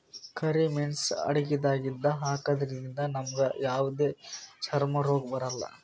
ಕರಿ ಮೇಣ್ಸ್ ಅಡಗಿದಾಗ್ ಹಾಕದ್ರಿಂದ್ ನಮ್ಗ್ ಯಾವದೇ ಚರ್ಮ್ ರೋಗ್ ಬರಲ್ಲಾ